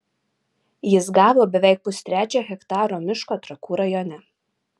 jis gavo beveik pustrečio hektaro miško trakų rajone